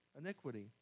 iniquity